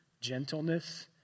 gentleness